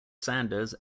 sanders